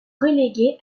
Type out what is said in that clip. relégué